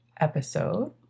episode